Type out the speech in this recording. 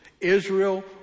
Israel